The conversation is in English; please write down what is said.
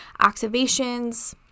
activations